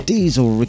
Diesel